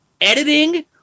editing